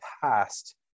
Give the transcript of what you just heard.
past